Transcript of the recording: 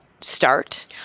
start